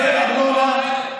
החזר ארנונה,